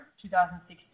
2016